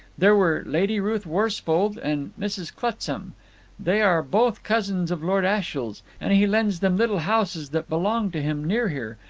there were lady ruth worsfold and mrs. clutsam they are both cousins of lord ashiel's, and he lends them little houses that belong to him near here,